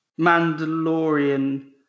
Mandalorian